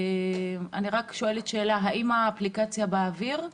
אני רק שואלת: האם האפליקציה באוויר?